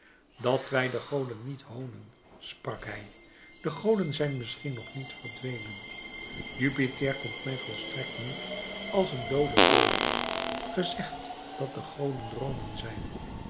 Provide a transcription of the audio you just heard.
dat wij de goden niet hoonen sprak hij de goden zijn misschien nog niet verdwenen jupiter komt mij volstrekt niet als een doode voor ge zegt dat de goden droomen zijn